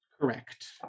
Correct